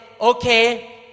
okay